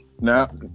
now